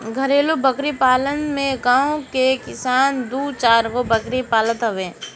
घरेलु बकरी पालन में गांव के किसान दू चारगो बकरी पालत हवे